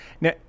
Now